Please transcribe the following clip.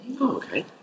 okay